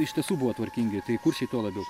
iš tiesų buvo tvarkingi tai kuršiai tuo labiau